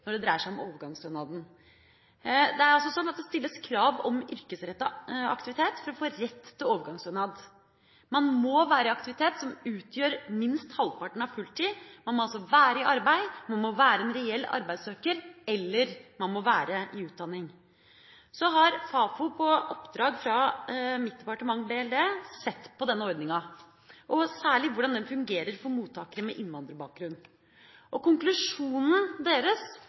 når det dreier seg om overgangsstønaden. Det er altså sånn at det stilles krav om yrkesrettet aktivitet for å få rett til overgangsstønad. Man må være i aktivitet som utgjør minst halvparten av fulltid. Man må altså være i arbeid, man må være en reell arbeidssøker, eller man må være i utdanning. Så har Fafo på oppdrag fra mitt departement, BLD, sett på denne ordninga og særlig hvordan den fungerer for mottakere med innvandrerbakgrunn. Konklusjonen deres